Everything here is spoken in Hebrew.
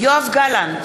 יואב גלנט,